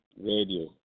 Radio